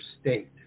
state